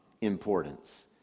importance